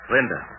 Linda